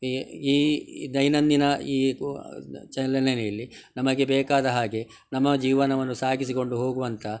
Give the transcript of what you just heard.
ಈ ಈ ಈ ದೈನಂದಿನ ಈ ಚಲನೆಯಲ್ಲಿ ನಮಗೆ ಬೇಕಾದ ಹಾಗೆ ನಮ್ಮ ಜೀವನವನ್ನು ಸಾಗಿಸಿಕೊಂಡು ಹೋಗುವಂಥ